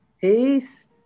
Peace